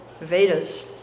Vedas